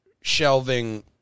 shelving